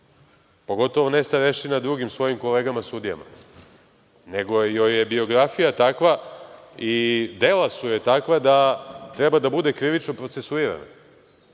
pogotovo ne starešina drugim svojim kolegama sudijama, nego joj je biografija takva i dela su joj takva da treba da bude krivično procesuirana,